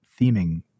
theming